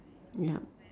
yup